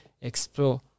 explore